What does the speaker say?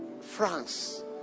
France